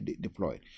deployed